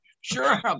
Sure